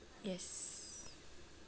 yes